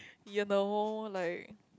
you know like